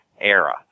era